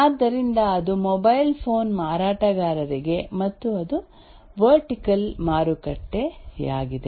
ಆದ್ದರಿಂದ ಅದು mobile phone ಮಾರಾಟಗಾರರಿಗೆ ಮತ್ತು ಅದು ವರ್ಟಿಕಲ್ ಮಾರುಕಟ್ಟೆಯಾಗಿದೆ